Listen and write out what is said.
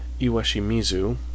Iwashimizu